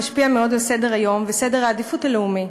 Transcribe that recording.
משפיע מאוד על סדר-היום וסדר העדיפויות הלאומי.